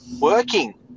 working